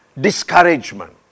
discouragement